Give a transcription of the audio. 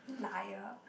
liar